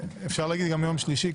אפשר להגיד גם יום שלישי.